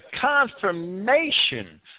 confirmation